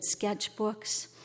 sketchbooks